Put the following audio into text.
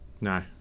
no